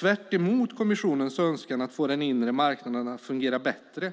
Tvärtemot kommissionens önskan att få den inre marknaden att fungera bättre